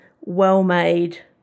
well-made